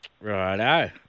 Righto